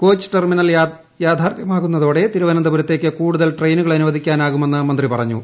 coach terminal യാഥാർത്ഥ്യമാകുന്നതോടെ തിരുവനന്തപുരത്തേക്ക് കൂടുതൽ ട്രെയിനുകൾ അനുവദിക്കാനാകുമെന്ന് മന്ത്രി പറഞ്ഞു